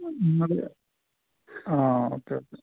നിങ്ങൾ ആ okay okay